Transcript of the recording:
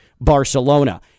Barcelona